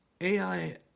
AI